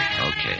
Okay